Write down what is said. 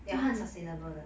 ya 他很 sustainable 的